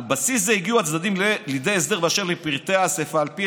על בסיס זה הגיעו הצדדים לידי הסדר אשר לפרטי האספה: "על פי